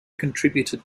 contributed